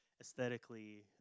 aesthetically